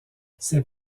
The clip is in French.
ses